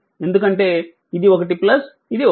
ఎందుకంటే ఇది ఒకటి ఇది ఒకటి